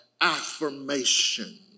affirmation